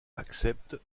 accepte